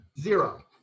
Zero